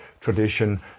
tradition